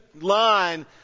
line